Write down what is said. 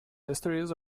histories